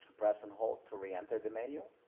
press and hold to re-enter the menu.